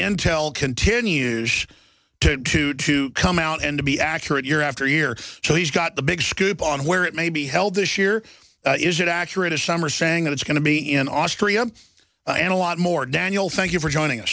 intel continues to to come out and to be accurate year after year so he's got the big scoop on where it may be held this year is it accurate as some are saying that it's going to be in austria and a lot more daniel thank you for joining